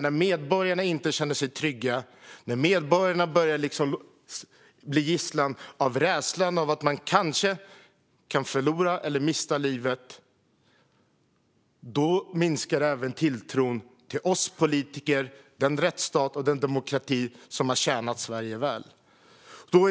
När medborgarna inte känner sig trygga, när medborgarna börjar tas gisslan av rädslan för att förlora livet, då minskar tilltron till oss politiker och den rättsstat och demokrati som tjänat Sverige väl.